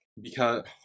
Because-